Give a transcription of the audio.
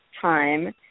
time